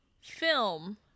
film